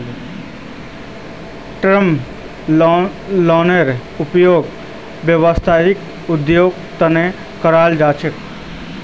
term लोनेर उपयोग व्यावसायिक उद्देश्येर तना करावा सख छी